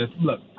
Look